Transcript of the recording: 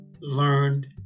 learned